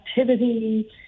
activity